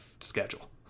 schedule